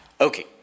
Okay